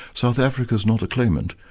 south africa's not a claimant,